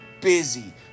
busy